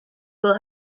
will